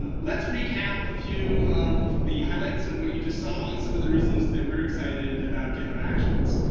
let's recap a few of the highlights of what you just saw, and some of the reasons that we're excited about github actions.